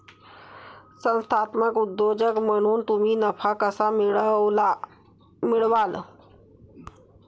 संस्थात्मक उद्योजक म्हणून तुम्ही नफा कसा मिळवाल?